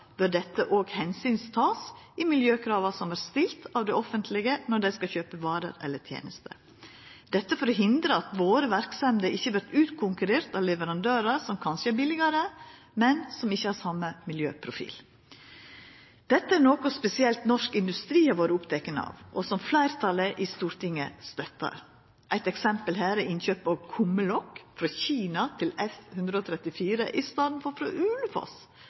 bør dette òg takast omsyn til i miljøkrava som vert stilte av det offentlege når dei skal kjøpa varer eller tenester – dette for å hindra at våre verksemder vert utkonkurrerte av leverandørar som kanskje er billigare, men som ikkje har same miljøprofil. Dette er noko som spesielt norsk industri har vore oppteken av, og som fleirtalet i Stortinget støttar. Eit eksempel her er innkjøp av kumlokk til E134 – frå Kina i staden for frå Ulefoss.